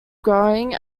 growing